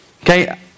Okay